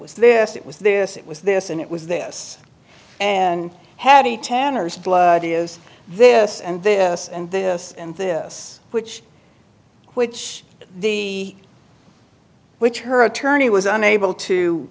was this it was this it was this and it was this and had a tanner's blood is this and this and this and this which which the which her attorney was unable to